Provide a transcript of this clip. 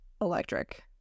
electric